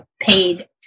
paid